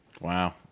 Wow